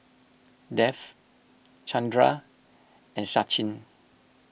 Dev Chandra and Sachin